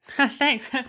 Thanks